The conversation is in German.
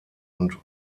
und